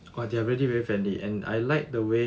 oh they are really very friendly and I like the way